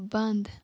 بنٛد